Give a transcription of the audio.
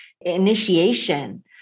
initiation